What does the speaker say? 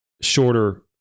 shorter